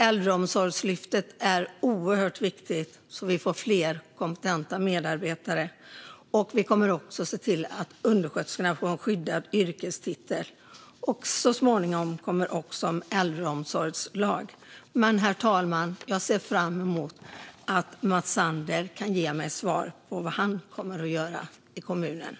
Äldreomsorgslyftet är oerhört viktigt, så att vi får fler kompetenta medarbetare. Vi kommer också att se till att undersköterskorna får en skyddad yrkestitel, och så småningom kommer också en äldreomsorgslag. Herr talman! Jag ser fram emot att Mats Sander ska ge mig svar om vad han kommer att göra när det gäller kommunerna.